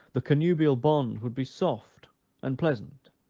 the connubial bond would be soft and pleasant